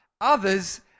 others